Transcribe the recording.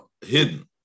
hidden